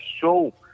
show